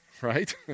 Right